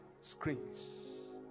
screens